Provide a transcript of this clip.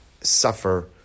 suffer